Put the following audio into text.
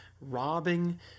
robbing